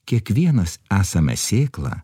kiekvienas esame sėkla